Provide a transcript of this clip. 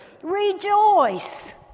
rejoice